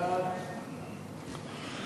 ההצעה להעביר את